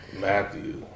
Matthew